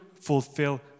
fulfill